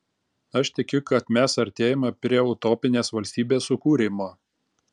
aš tikiu kad mes artėjame prie utopinės valstybės sukūrimo